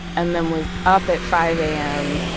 and then was up at five a m.